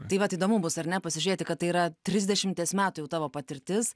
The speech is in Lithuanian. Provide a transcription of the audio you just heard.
tai vat įdomu bus ar ne pasižiūrėti kad tai yra trisdešimties metų jau tavo patirtis